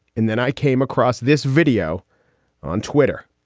and then i came across this video on twitter.